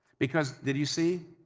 because, did you see?